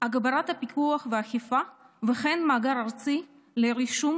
הגברת הפיקוח והאכיפה וכן מאגר ארצי לרישום